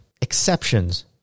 Exceptions